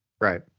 right